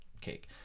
cake